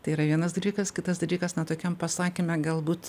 tai yra vienas dalykas kitas dalykas na tokiam pasakyme galbūt